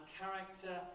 character